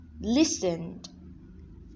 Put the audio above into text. listened